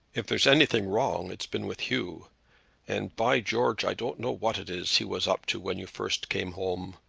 if there's anything wrong it's been with hugh and, by george, i don't know what it is he was up to when you first came home.